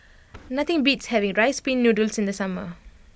nothing beats having Rice Pin Noodles in the summer